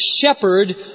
shepherd